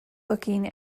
looking